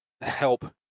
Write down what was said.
help